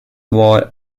war